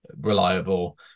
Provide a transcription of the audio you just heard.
reliable